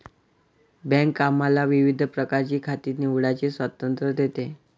bank आम्हाला विविध प्रकारची खाती निवडण्याचे स्वातंत्र्य देते